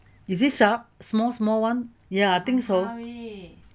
is this shark small small one